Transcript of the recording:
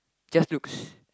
just looks